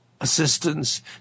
assistance